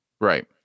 Right